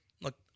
look